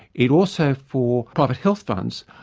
it also, for private health funds,